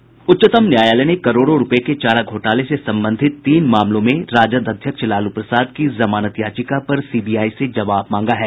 उच्चतम न्यायालय ने करोड़ों रूपये के चारा घोटाले से संबंधित तीन मामलों में राजद अध्यक्ष लालू प्रसाद की जमानत याचिका पर सीबीआई से जवाब मांगा है